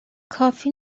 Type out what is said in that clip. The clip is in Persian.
کافی